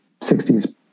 60s